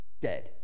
dead